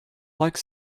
like